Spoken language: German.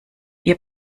ihr